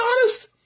honest